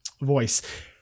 voice